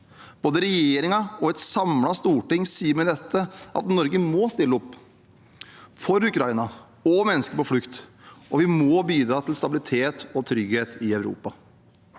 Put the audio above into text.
Både regjeringen og et samlet storting sier med det at Norge må stille opp for Ukraina og mennesker på flukt, og vi må bidra til stabilitet og trygghet i Europa.